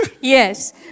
yes